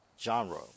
genre